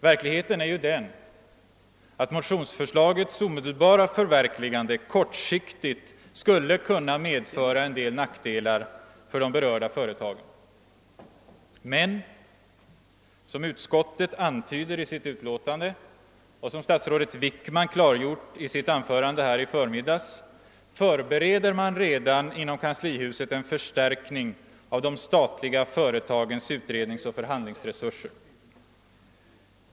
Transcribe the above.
Verkligheten är den att motionsförslagets omedelbara förverkligande kortsiktigt skulle kunna medföra en del nackdelar för de berörda företagen. Men som utskottet antyder i sitt utlåtande och som statsrådet Wickman klargjort i sitt anförande här i förmiddags förbeeder man redan inom kanslihuset en förstärkning av de statliga företagens utredningsoch förhandlingsresurser.